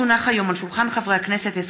בנושא: משרד החינוך מונע מתלמידים בבתי